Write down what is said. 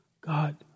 God